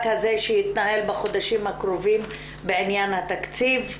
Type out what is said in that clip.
הזה שיתנהל בחודשים הקרובים בעניין התקציב,